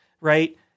right